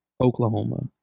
Oklahoma